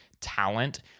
talent